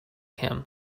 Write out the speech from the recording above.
him